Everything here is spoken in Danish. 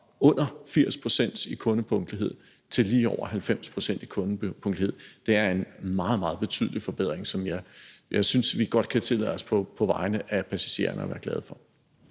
under 80 pct. i kundepunktlighed til lige over 90 pct. i kundepunktlighed, og det er en meget, meget betydelig forbedring, som jeg synes vi på vegne af passagererne godt kan